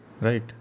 Right